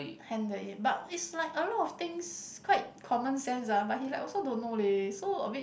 handle it but is like a lot of things quite common sense ah but he like also don't know leh so a bit